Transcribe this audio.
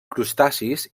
crustacis